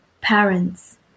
parents